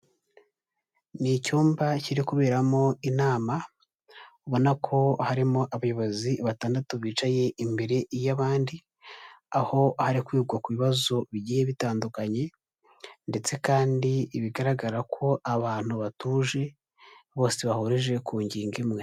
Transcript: Ni icyumba kiri kuberamo inama, ubona ko harimo abayobozi batandatu bicaye imbere y'abandi, aho ari kwigwa ku bibazo bigiye bitandukanye ndetse kandi bigaragara ko abantu batuje bose bahurije ku ngingo imwe.